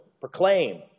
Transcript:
proclaim